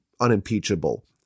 unimpeachable